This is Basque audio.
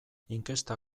inkesta